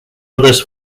others